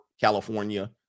California